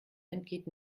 entgeht